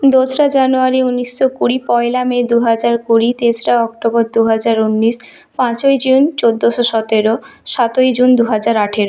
দোসরা জানুয়ারি উনিশশো কুড়ি পয়লা মে দুহাজার কুড়ি তেসরা অক্টোবর দুহাজার উনিশ পাঁচই জুন চৌদ্দশো সতেরো সাতই জুন দুহাজার আঠারো